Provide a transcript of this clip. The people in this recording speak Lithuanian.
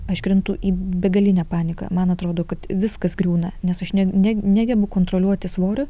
aš krentu į begalinę paniką man atrodo kad viskas griūna nes aš ne ne negebu kontroliuoti svorio